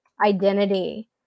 identity